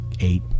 eight